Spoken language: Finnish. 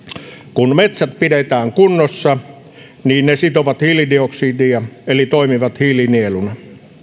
kun metsät pidetään kunnossa ne sitovat hiilidioksidia eli toimivat hiilinieluna